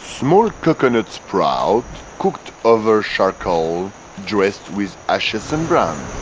small coconut sprout cooked over charcoal dressed with ashes and bran.